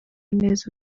neza